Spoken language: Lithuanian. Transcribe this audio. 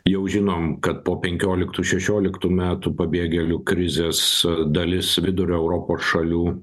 jau žinom kad po penkioliktų šešioliktų metų pabėgėlių krizės dalis vidurio europos šalių